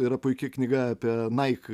yra puiki knyga apie naik